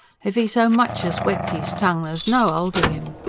if e so much as wets is tongue, there's no olding im.